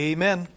Amen